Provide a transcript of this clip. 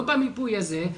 לא במיפוי הזה,